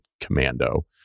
commando